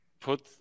put